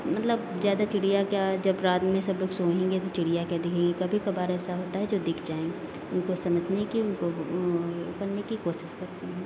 मतलब ज़्यादा चिड़िया क्या जब रात में सब लोग सोएंगे तो चिड़िया क्या दिखेंगी कभी कभार ऐसा होता है जो दिख जाएँ उनको समझने की उनको वो करने की कोशिश करते हैं